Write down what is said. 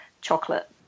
chocolate